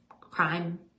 crime